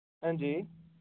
हां जी